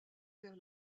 vers